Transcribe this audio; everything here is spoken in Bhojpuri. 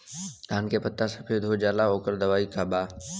धान के पत्ता सफेद हो जाला ओकर दवाई का बा?